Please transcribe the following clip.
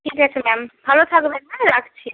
ঠিক আছে ম্যাম ভালো থাকবেন হ্যাঁ রাখছি